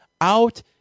out